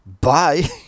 Bye